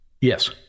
Yes